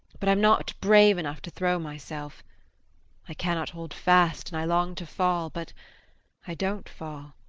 but i'm not brave enough to throw myself i cannot hold fast and i long to fall but i don't fall.